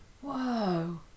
Whoa